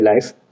life